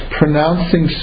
pronouncing